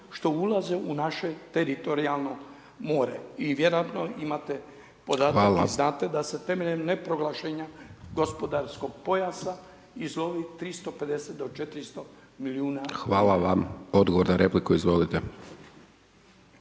što ulaze u naše teritorijalno more i vjerojatno imate podatak i znate da se temeljem neproglašenja gospodarskog pojasa izlovi 350-400 milijuna ….../Govornik se